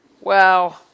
wow